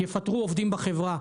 יפטרו עובדים בחברה.